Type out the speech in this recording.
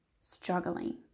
struggling